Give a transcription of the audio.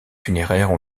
funéraires